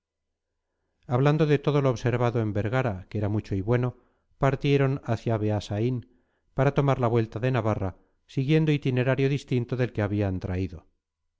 hablando de todo lo observado en vergara que era mucho y bueno partieron hacia beasaín para tomar la vuelta de navarra siguiendo itinerario distinto del que habían traído